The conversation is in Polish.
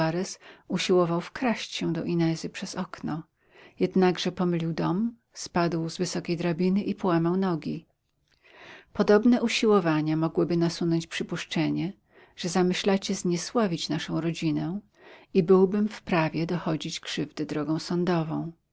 suarez usilował wkraść się do inezy przez okno jednakże pomylił dom spadł z wysokiej drabiny i połamał nogi podobne usiłowania mogłyby nasunąć przypuszczenie że zamyślacie zniesławić naszą rodzinę i byłbym w prawie dochodzić krzywdy drogą sądową